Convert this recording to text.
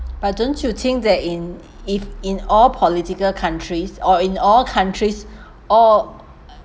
but don't you think that in if in all political countries or in all countries or